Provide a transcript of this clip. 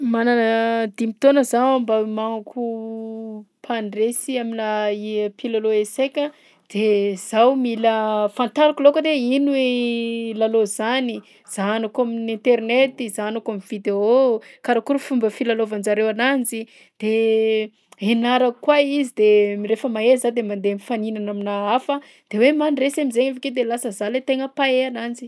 Manana dimy taona zaho mba hiomanako mpandresy aminà i- mpilalao eseka, de zaho mila fantariko alohakany hoe ino i lalao zany, zahanako amin'internet, zahanako vidéo, karakory fomba filalaovan'jareo ananjy? De ianarako koa izy de rehefa mahay za de mandeha mifaninana aminà hafa de hoe mandresy am'zainy avy akeo de lasa zaho le tegna mpahay ananjy.